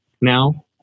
now